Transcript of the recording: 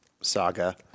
saga